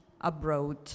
abroad